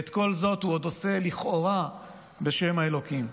ואת כל זאת הוא עוד עושה לכאורה בשם האלוקים.